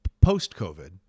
Post-COVID